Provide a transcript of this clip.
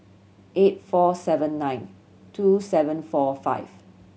eight four seven nine two seven four five